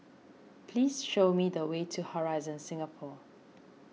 please show me the way to Horizon Singapore